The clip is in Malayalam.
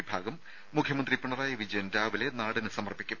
വിഭാഗം മുഖ്യമന്ത്രി പിണറായി വിജയൻ രാവിലെ നാടിനു സമർപ്പിക്കും